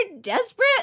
desperate